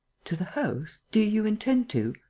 to the house? do you intend to?